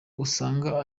usanga